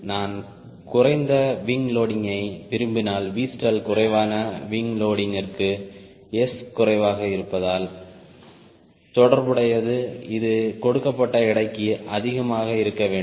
நான் குறைந்த விங் லோடிங்கை விரும்பினால் Vstall குறைவான விங் லோடிங் ற்கு S குறைவாக இருப்பதால் தொடர்புடையது இது கொடுக்கப்பட்ட எடைக்கு அதிகமாக இருக்க வேண்டும்